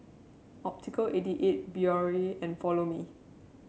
Optical eighty eight Biore and Follow Me